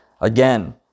Again